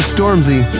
Stormzy